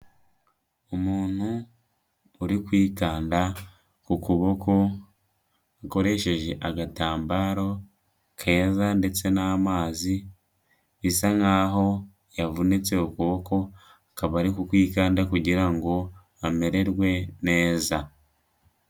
Umuntu uri kwikanda ku kuboko, akoresheje agatambaro keza ndetse n'amazi, bisa nk'aho yavunitse ukuboko, akaba ari kwikanda kugira ngo amererwe neza.